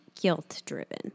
guilt-driven